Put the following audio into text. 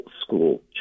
school